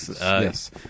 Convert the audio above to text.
yes